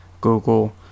Google